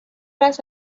است